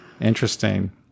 interesting